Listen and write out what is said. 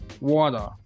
Water